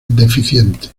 deficiente